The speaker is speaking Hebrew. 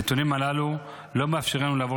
הנתונים הללו לא מאפשרים לנו לעבור